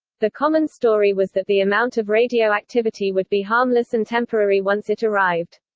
the common story was that the amount of radioactivity would be harmless and temporary once it arrived.